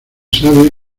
sabe